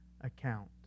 account